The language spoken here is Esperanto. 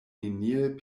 neniel